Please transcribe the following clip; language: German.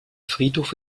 friedhof